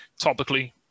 topically